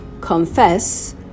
Confess